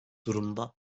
durumda